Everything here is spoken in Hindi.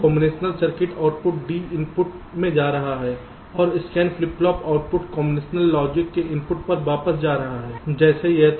combinational circuit output D input में जा रहा है और scan flip flop output combination logic के इनपुट पर वापस जा रहा है जैसे यह था